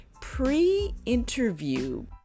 pre-interview